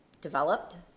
developed